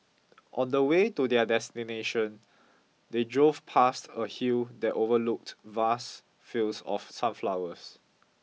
on the way to their destination they drove past a hill that overlooked vast fields of sunflowers